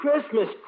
Christmas